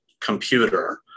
computer